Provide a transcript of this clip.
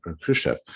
khrushchev